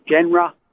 genre